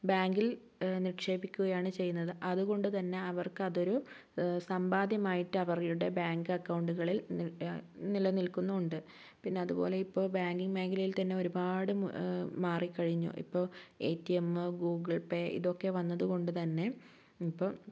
ബാങ്കിൽ നിക്ഷേപിക്കുകയാണ് ചെയ്യുന്നത് അതുകൊണ്ടുതന്നെ അവർക്ക് അതൊരു സമ്പാദ്യമായിട്ട് അവരുടെ ബാങ്ക് അക്കൗണ്ടുകളിൽ നിലനിൽക്കുന്നുണ്ട് പിന്നെ അതുപോലെ ഇപ്പോൾ ബാങ്കിംഗ് മേഖലയിൽ തന്നെ ഒരുപാട് മാറികഴിഞ്ഞു ഇപ്പം എടിഎം ഗൂഗിൾപേ ഇതൊക്കെ വന്നതുകൊണ്ട് തന്നെ ഇപ്പം